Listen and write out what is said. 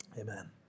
Amen